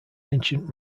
ancient